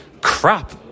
crap